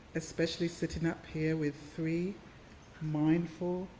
especially sitting up here with three mindful,